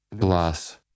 plus